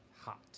Hot